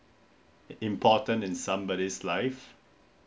important in somebody's life